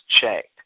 checked